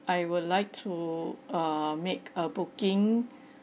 I will like to err make a booking